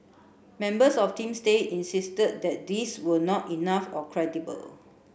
members of Team Stay insist that these were not enough or credible